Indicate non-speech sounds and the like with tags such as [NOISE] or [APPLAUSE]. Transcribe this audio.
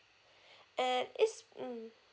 [BREATH] and is mm